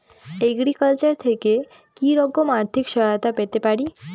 Agriculture থেকে কি রকম আর্থিক সহায়তা পেতে পারি?